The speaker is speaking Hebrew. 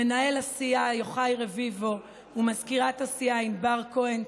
למנהל הסיעה יוחאי רביבו ומזכירת הסיעה ענבר כהן,